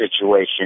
situation